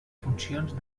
funcions